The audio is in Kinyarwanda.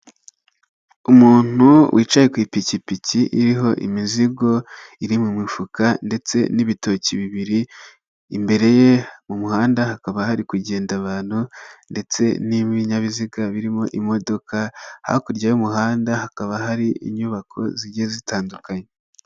Umuntu wicaye ku ipikipiki iriho imizigo iri mu mifuka ndetse n'ibitoki bibiri. Imbere ye mu muhanda hakaba hari kugenda abantu ndetse n'ibinyabiziga birimo imodoka, hakurya y'umuhanda hakaba hari inyubako zigiye zitandukanye.